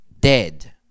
dead